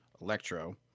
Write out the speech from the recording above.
Electro